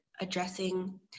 addressing